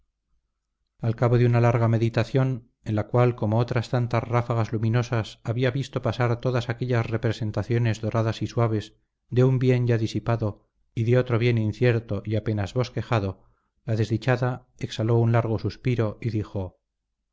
al cabo de una larga meditación en la cual como otras tantas ráfagas luminosas había visto pasar todas aquellas representaciones doradas y suaves de un bien ya disipado y de otro bien incierto y apenas bosquejado la desdichada exhaló un largo suspiro y dijo